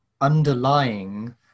underlying